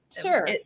Sure